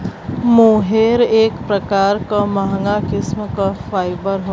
मोहेर एक प्रकार क महंगा किस्म क फाइबर हौ